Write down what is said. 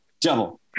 Double